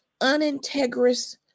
unintegrous